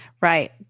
Right